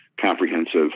comprehensive